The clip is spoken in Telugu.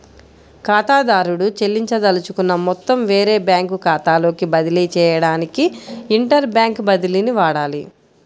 ఖాతాదారుడు చెల్లించదలుచుకున్న మొత్తం వేరే బ్యాంకు ఖాతాలోకి బదిలీ చేయడానికి ఇంటర్ బ్యాంక్ బదిలీని వాడాలి